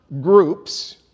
groups